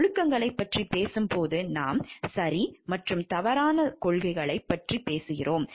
ஒழுக்கங்களைப் பற்றி பேசும்போது நாம் சரி மற்றும் தவறான கொள்கைகளைப் பற்றி பேசுகிறோம்